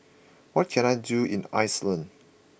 what can I do in Iceland